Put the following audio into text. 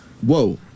Whoa